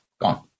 gone